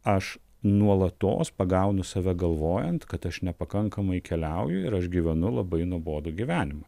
aš nuolatos pagaunu save galvojant kad aš nepakankamai keliauju ir aš gyvenu labai nuobodų gyvenimą